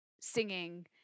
singing